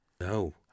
No